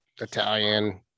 Italian